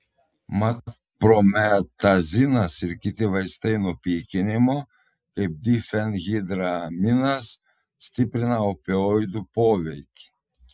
mat prometazinas ir kiti vaistai nuo pykinimo kaip difenhidraminas stiprina opioidų poveikį